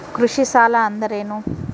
ಕೃಷಿ ಸಾಲ ಅಂದರೇನು?